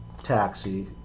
Taxi